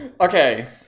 Okay